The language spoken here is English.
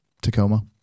tacoma